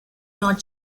not